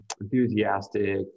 enthusiastic